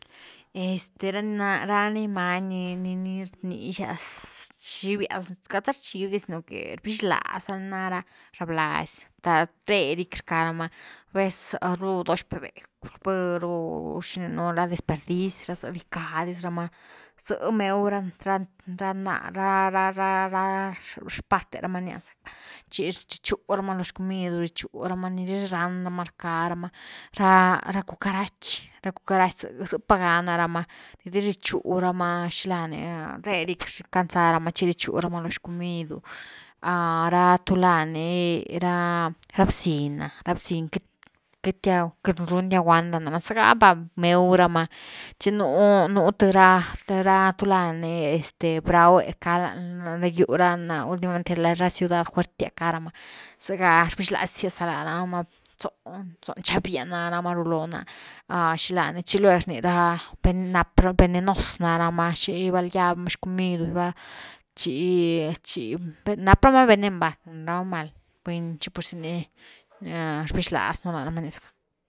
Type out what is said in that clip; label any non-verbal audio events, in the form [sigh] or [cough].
Este ra ni na, ra ni many ni-ni rniyas xchivias za cka queity za rchib dia zino que rbix láxa ni ná r ara blaz’yte re ricky rca rama, nú vez rh do xpe gecw, rvhë’ ru xini gula desperdici zar h rdicka dis rama zë mew ra-ra naah ra-ra xpathe rama rnia zacka, chi richu rama lo xcomid nú richu rama, ni dis ran ra’ma rcka rama, ra-ra cucarach, ra cucarach ze’pa ga ná rama, diz’i richú ra’ma, xila ni ré ricky canzá rama chi richú ra’ma lo xcomid’u, [hesitation] rha tulá ni ra bziñ na-ra bziñ na queity-queity run dia guand na ná, zegha va mew ra’ma chi nú th ra-th ra tuni laan ni este braw’e cá lan ra gyu ra nú ni va, einty lad ra ciudad fuertias kcá rama, zega rbizlázias’a lá rama, zóh, nxabias ná rama rluloo na, xila ni chi lueg rni ra, nap ra venenos ná rama chi val gyab ma lo xcomidu val, chi-chi rap ra’ma venen va, noma buny chi purzy ni rbix laz nú la’ra ma rnie zacka.